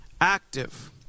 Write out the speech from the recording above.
active